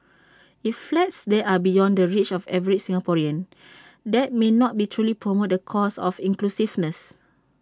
if flats there are beyond the reach of the average Singaporean that may not be truly promote the cause of inclusiveness